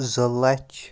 زٕ لَچھ